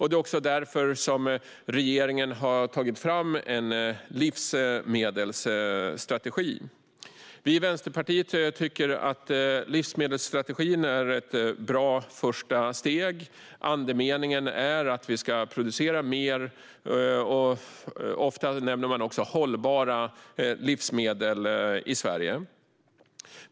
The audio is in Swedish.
Det är också därför regeringen har tagit fram en livsmedelsstrategi. Vi i Vänsterpartiet tycker att livsmedelsstrategin är ett bra första steg. Andemeningen är att vi ska producera mer, och ofta nämner man också hållbara, livsmedel i Sverige.